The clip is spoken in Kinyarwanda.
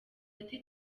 ati